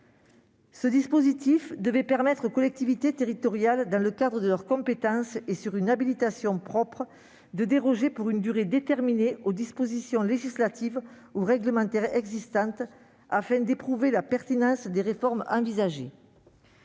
Ce dispositif devait permettre aux collectivités territoriales de déroger, dans le cadre de leurs compétences, sur une habilitation propre et pour une durée déterminée, aux dispositions législatives ou réglementaires existantes, afin d'éprouver la pertinence des réformes envisagées.